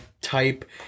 type